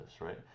right